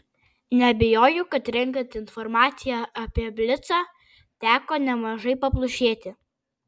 neabejoju kad renkant informaciją apie blicą teko nemažai paplušėti